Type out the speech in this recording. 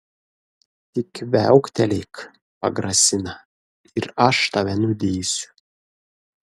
tik viauktelėk pagrasina ir aš tave nudėsiu